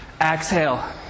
Exhale